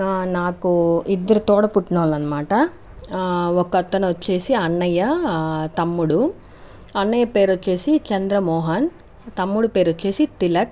నాకు ఇద్దరు తోడ పుట్టిన వాళ్ళన్నమాట ఒక అతను వచ్చి అన్నయ్య తమ్ముడు అన్నయ్య పేరు వచ్చి చంద్రమోహన్ తమ్ముడు పేరు వచ్చి తిలక్